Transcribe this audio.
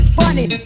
funny